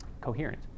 coherent